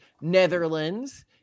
Netherlands